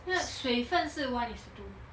那水分是 one is to two